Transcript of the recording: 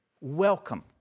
Welcome